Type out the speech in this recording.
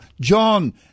John